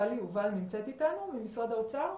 טלי יובל נמצאת איתנו, ממשרד האוצר?